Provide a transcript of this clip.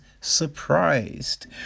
surprised